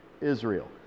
Israel